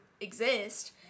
exist